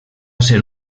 ser